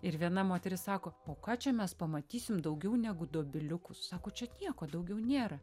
ir viena moteris sako o ką čia mes pamatysim daugiau negu dobiliukus sako čia nieko daugiau nėra